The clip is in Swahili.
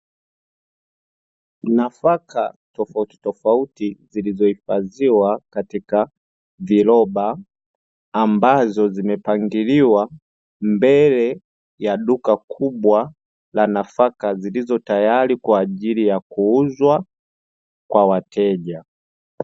Nafaka tofauti mtofauti zilizo hifadhiwa katika viroba ambazo zimepangiliwa mbele ya duka kubwa la nafaka, zilizo tayari kwa ajili ya kuuzwa kwa wateja.